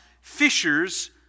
fishers